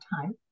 time